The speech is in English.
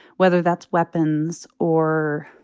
whether that's weapons or,